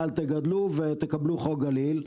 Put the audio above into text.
אל תגדלו ותקבלו חוק גליל,